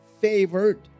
favored